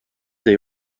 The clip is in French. des